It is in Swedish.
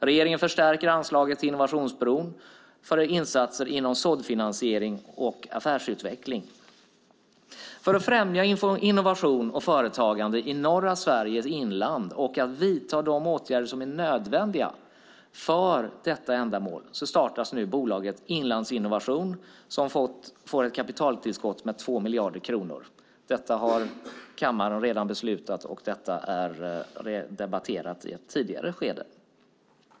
Regeringen förstärker anslaget till Innovationsbron för insatser inom såddfinansiering och affärsutveckling. För att främja innovation och företagande i norra Sveriges inland och vidta de åtgärder som är nödvändiga för detta ändamål startas nu bolaget Inlandsinnovation som får ett kapitaltillskott med 2 miljarder kronor. Detta har kammaren redan debatterat och beslutat om i ett tidigare skede.